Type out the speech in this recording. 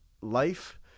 life